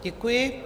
Děkuji.